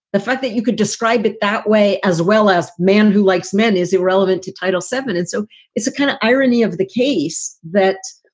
the fact that you could describe it that way, as well as man who likes men is irrelevant to title seven. and so it's a kind of irony of the case that,